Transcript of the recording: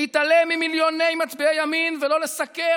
להתעלם ממיליוני מצביעי ימין ולא לסקר,